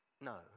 No